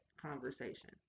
conversation